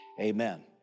amen